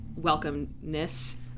welcomeness